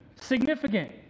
significant